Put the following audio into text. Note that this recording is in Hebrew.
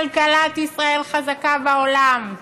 כלכלת ישראל חזקה בעולם,